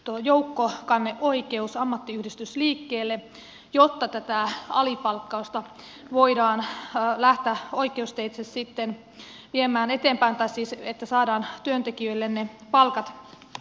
tuo joukko askainen oikeus joukkokanneoikeus ammattiyhdistysliikkeelle jotta tätä alipalkkausta voidaan lähteä oikeusteitse sitten viemään eteenpäin että saadaan työntekijöille ne palkat maksuun